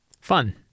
Fun